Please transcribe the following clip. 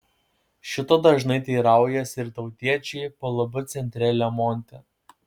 šito dažnai teiraujasi ir tautiečiai plb centre lemonte